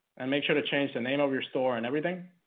and make sure to change the name of your store and everything